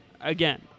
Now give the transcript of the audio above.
Again